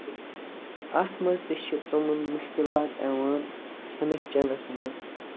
اَتھ منٛز تہِ چھُ تِمَن مُشکِلات یِوان کھٮَ۪س چینَس منٛز